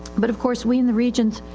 but of course we in the regions,